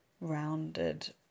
rounded